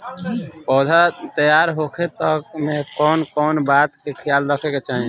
पौधा तैयार होखे तक मे कउन कउन बात के ख्याल रखे के चाही?